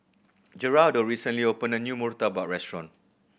Gerardo recently opened a new murtabak restaurant